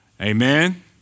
Amen